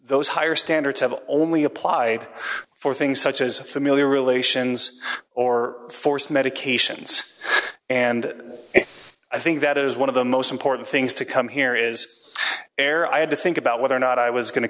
those higher standards have only applied for things such as familiar relations or forced medications and and i think that is one of the most important things to come here is air i had to think about whether or not i was going to